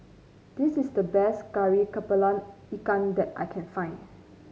this is the best Kari kepala Ikan that I can find